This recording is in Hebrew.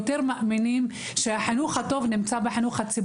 ומאמינים יותר שהחינוך הטוב נמצא בחינוך הציבורי.